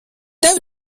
tev